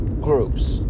groups